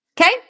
Okay